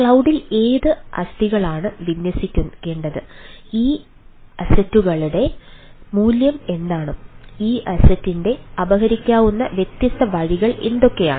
ക്ലൌഡിൽ ഏത് ആസ്തികളാണ് വിന്യസിക്കേണ്ടത് ഈ അസറ്റുകളുടെ മൂല്യം എന്താണ് ഈ അസറ്റിനെ അപഹരിക്കാവുന്ന വ്യത്യസ്ത വഴികൾ എന്തൊക്കെയാണ്